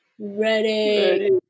ready